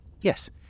Yes